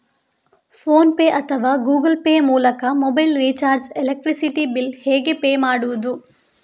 Phone pay ಅಥವಾ Google Pay ಮೂಲಕ mobile recharge, electricity bill ಹೇಗೆ ಪೇ ಮಾಡುವುದು?